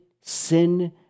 sin